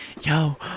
yo